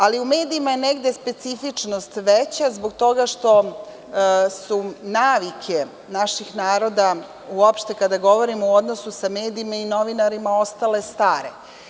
Ali, u medijima je negde specifičnost veća zbog toga što su navike našeg naroda uopšte kada govorimo o odnosu sa medijima i novinarima ostale stare.